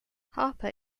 harper